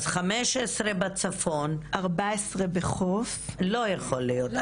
אז 15 בצפון --- 14 בחוף --- לא יכול להיות,